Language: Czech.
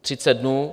Třicet dnů.